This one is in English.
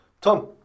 Tom